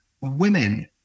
women